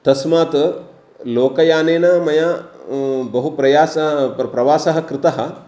तस्मात् लोकयानेन मया बहुप्रयासः प्र प्रवासः कृतः